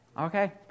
Okay